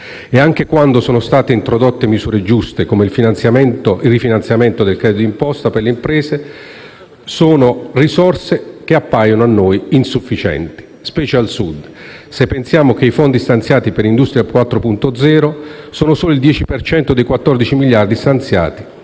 Anche quando sono state introdotte misure giuste, come il rifinanziamento del credito di imposta per le imprese, le risorse ci sono apparse insufficienti, specie al Sud, se pensiamo che i fondi stanziati per l'industria 4.0 sono solo il 10 per cento dei 14 miliardi stanziati